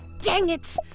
dang it,